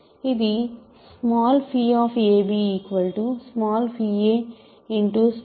ఇది abab End లో గుణకారం అంటే ఏమిటి